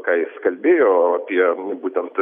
ką jis kalbėjo apie būtent